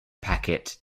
packet